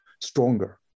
stronger